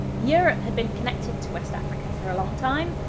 europe had been connected to west africa for a long time,